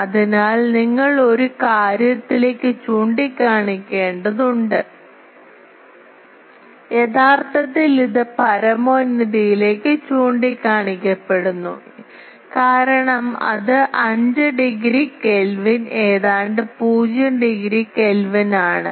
അതിനാൽ നിങ്ങൾ അത് ഒരു കാര്യത്തിലേക്ക് ചൂണ്ടിക്കാണിക്കേണ്ടതുണ്ട് യഥാർത്ഥത്തിൽ ഇത് പരമോന്നതത്തിലേക്ക് ചൂണ്ടിക്കാണിക്കപ്പെടുന്നു കാരണം അത് 5 ഡിഗ്രി കെൽവിൻ ഏതാണ്ട് 0 ഡിഗ്രി കെൽവിൻ ആണ്